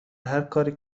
هرکاری